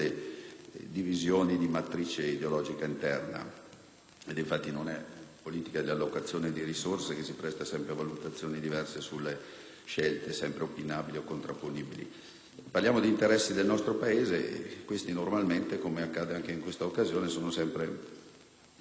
infatti, di politica di allocazione di risorse, che si presta sempre a valutazioni diverse sulle scelte opinabili e contrapponibili; parliamo di interessi del nostro Paese e questi normalmente - come accade anche in questa occasione - sono sempre auspicatamente ampiamente condivisi.